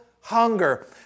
hunger